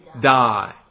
die